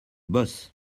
bosse